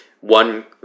One